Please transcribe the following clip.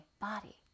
body